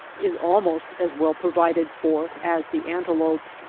is almost as well provided for as the antelope.